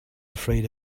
afraid